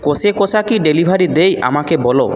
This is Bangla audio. কষে কষা কি ডেলিভারি দেয় আমাকে বলো